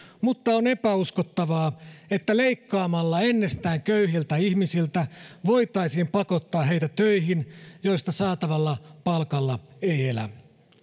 mutta on epäuskottavaa että leikkaamalla ennestään köyhiltä ihmisiltä voitaisiin pakottaa heitä töihin joista saatavalla palkalla ei elä